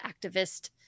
activist